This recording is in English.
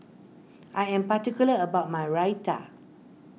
I am particular about my Raita